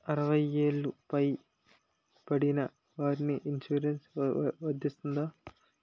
అరవై ఏళ్లు పై పడిన వారికి ఇన్సురెన్స్ వర్తిస్తుందా?